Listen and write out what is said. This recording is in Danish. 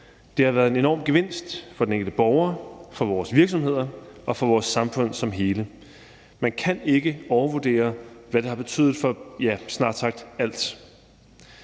Det har været en enorm gevinst for den enkelte borger, for vores virksomheder og for vores samfund som hele. Man kan ikke overvurdere, hvad det har betydet for,